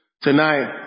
tonight